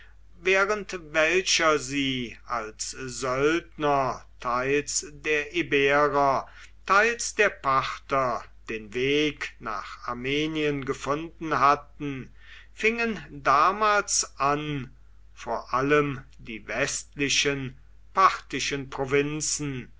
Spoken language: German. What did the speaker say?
während welcher sie als söldner teils der iberer teils der parther den weg nach armenien gefunden hatten fingen damals an vor allem die westlichen parthischen provinzen